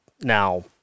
Now